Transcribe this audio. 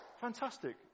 Fantastic